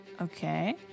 Okay